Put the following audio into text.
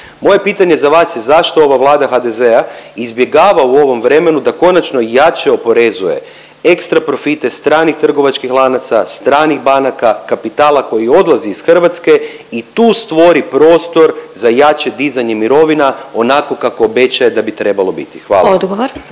Moje pitanje za vas je zašto ova Vlada HDZ-a izbjegava u ovom vremenu da konačno jače oporezuje ekstra profite stranih trgovačkih lanaca, stranih banaka, kapitala koji odlazi iz Hrvatske i tu stvori prostor za jače dizanje mirovina onako kako obećaje da bi trebalo biti? Hvala.